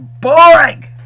boring